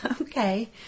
Okay